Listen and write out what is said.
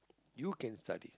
you can study